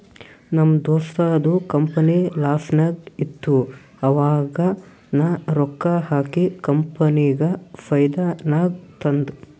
ನಮ್ ದೋಸ್ತದು ಕಂಪನಿ ಲಾಸ್ನಾಗ್ ಇತ್ತು ಆವಾಗ ನಾ ರೊಕ್ಕಾ ಹಾಕಿ ಕಂಪನಿಗ ಫೈದಾ ನಾಗ್ ತಂದ್